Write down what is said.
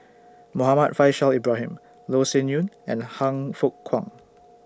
Muhammad Faishal Ibrahim Loh Sin Yun and Han Fook Kwang